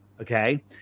okay